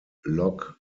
log